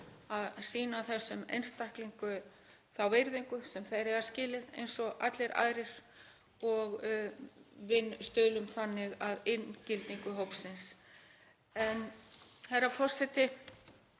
að sýna þessum einstaklingum þá virðingu sem þeir eiga skilið eins og allir aðrir og við stuðlum þannig að inngildingu hópsins. Herra forseti.